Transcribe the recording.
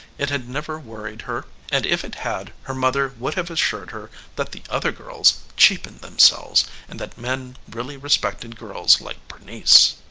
it had never worried her, and if it had her mother would have assured her that the other girls cheapened themselves and that men really respected girls like bernice.